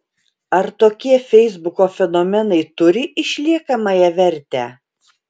ar tokie feisbuko fenomenai turi išliekamąją vertę